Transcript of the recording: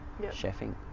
chefing